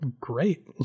great